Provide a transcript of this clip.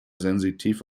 sensitiv